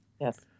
yes